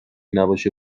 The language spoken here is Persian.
نباشه